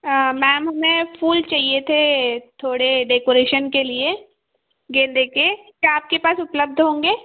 ma'am हमें फूल चाहिए थे थोड़े डेकोरेशन के लिए गेंदे के क्या आपके पास उपलब्ध होंगे